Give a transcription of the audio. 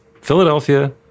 Philadelphia